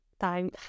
time